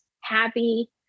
happy